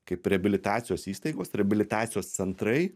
kaip reabilitacijos įstaigos reabilitacijos centrai